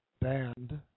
band